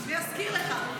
הוא יזכיר לך.